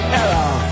error